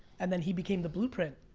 and then he became the blueprint.